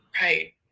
right